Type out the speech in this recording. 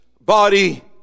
body